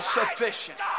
sufficient